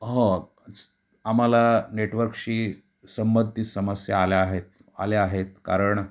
हो स आम्हाला नेटवर्कशी संबंधित समस्या आल्या आहेत आल्या आहेत कारण